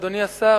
אדוני השר,